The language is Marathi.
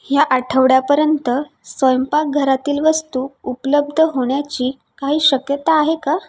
ह्या आठवड्यापर्यंत स्वयंपाकघरातील वस्तू उपलब्ध होण्याची काही शक्यता आहे का